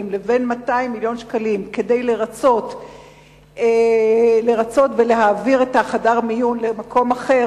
ל-200 מיליון שקלים כדי לרצות ולהעביר את חדר המיון למקום אחר,